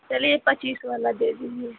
चलिए पच्चीस वाला दे दीजिए